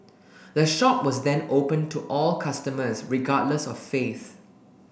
the shop was then opened to all customers regardless of faith